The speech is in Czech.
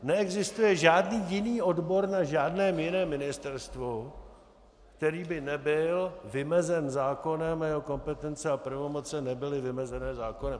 Neexistuje žádný jiný odbor na žádném jiném ministerstvu, který by nebyl vymezen zákonem a jeho kompetence a pravomoci nebyly vymezené zákonem.